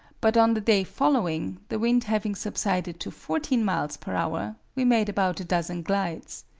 but on the day following, the wind having subsided to fourteen miles per hour, we made about a dozen glides.